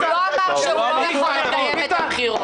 הוא לא אמר שהוא לא יכול לקיים את הבחירות.